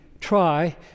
try